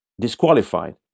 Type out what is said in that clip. disqualified